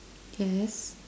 yes